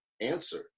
answer